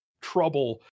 trouble